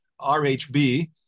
RHB